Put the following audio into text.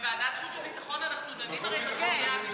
בוועדת חוץ וביטחון אנחנו דנים הרי בסוגיה הביטחונית.